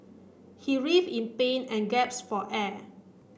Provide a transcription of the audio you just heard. he in pain and for air